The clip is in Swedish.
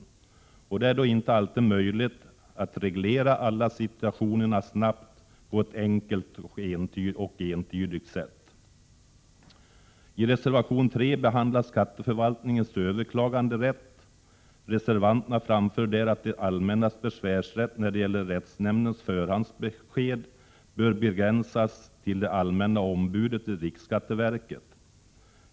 Det gör att det inte alltid är möjligt att reglera alla situationer snabbt samt på ett enkelt och entydigt sätt. I reservation 3 behandlas frågan om skatteförvaltningens överklaganderätt. Reservanterna anför att det allmännas besvärsrätt i samband med rättsnämndens förhandsbesked bör begränsas till det allmänna ombudet vid riksskatteverket.